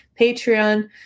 Patreon